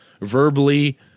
verbally